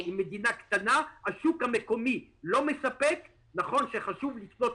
אני אומרת לך אפילו: אנחנו לא נכנסים לשיקולים